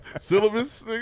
Syllabus